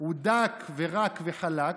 הוא דק ורק וחלק,